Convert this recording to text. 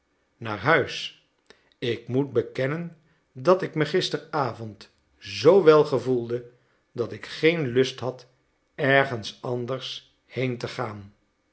naar huis ik moet bekennen dat ik me gisteravond zoo wel gevoelde dat ik geen lust had ergens anders heen te gaan